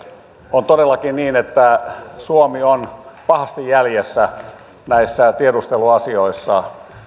on todellakin niin että suomi on pahasti jäljessä näissä tiedusteluasioissa